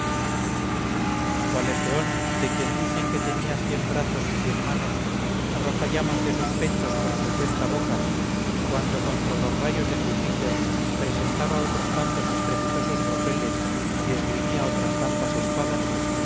egeón de quien dicen que tenía cien brazos y cien manos arroja llamas de sus pechos por cincuenta bocas cuando contra los rayos de júpiter presentaba otros tantos estrepitosos broqueles y esgrimía otras tantas espadas